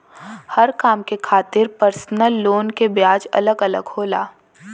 हर काम के खातिर परसनल लोन के ब्याज अलग अलग होला